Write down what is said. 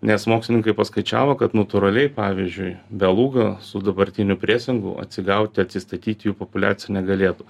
nes mokslininkai paskaičiavo kad natūraliai pavyzdžiui beluga su dabartiniu presingu atsigauti atsistatyt jų populiacija negalėtų